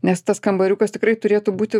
nes tas kambariukas tikrai turėtų būti